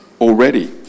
already